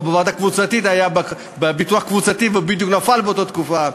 או שהוא היה בביטוח קבוצתי שבדיוק נפל באותה תקופה.